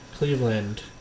Cleveland